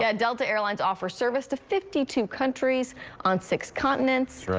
yeah delta airlines offers service to fifty two countries on six continents.